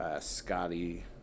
Scotty